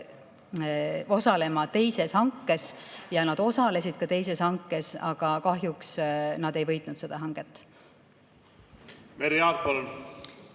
osalema teises hankes ja nad osalesid ka teises hankes, aga kahjuks nad ei võitnud seda hanget. Merry Aart,